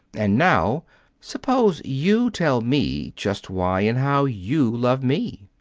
and now suppose you tell me just why and how you love me.